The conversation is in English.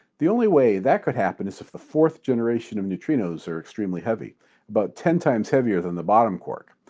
the only way that could happen is if the fourth generation of neutrinos are extremely heavy about but ten times heavier than the bottom quark.